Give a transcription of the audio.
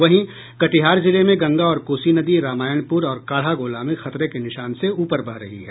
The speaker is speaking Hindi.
वहीं कटिहार जिले में गंगा और कोसी नदी रामायणपुर और काढ़ागोला में खतरे के निशान से ऊपर बह रही है